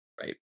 Right